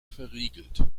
verriegelt